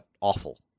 awful